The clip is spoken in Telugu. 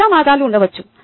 చాలా మార్గాలు ఉండవచ్చు